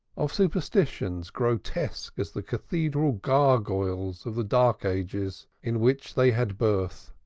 of superstitions grotesque as the cathedral gargoyles of the dark ages in which they had birth.